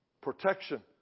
protection